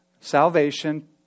salvation